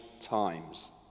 times